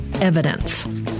evidence